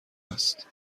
است